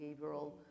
behavioral